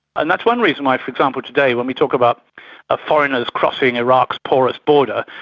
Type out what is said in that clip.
and that's one reason why for example today when we talk about ah foreigners crossing iraq's pious border,